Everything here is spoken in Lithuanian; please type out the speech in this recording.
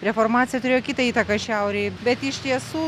reformacija turėjo kitą įtaką šiaurėj bet iš tiesų